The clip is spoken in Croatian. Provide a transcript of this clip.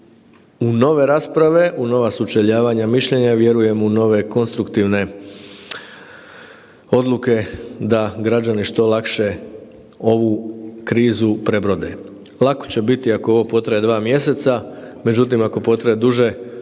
u nove rasprave, u nova sučeljavanja mišljenja, vjerujem u nove konstruktivne odluke da građani što lakše ovu krizu prebrode. Lako će biti ako ovo potraje dva mjeseca, međutim ako potraje duže onda će